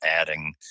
adding